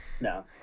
No